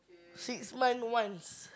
six month once